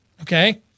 Okay